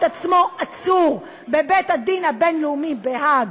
עצמו עצור בבית-הדין הבין-לאומי בהאג.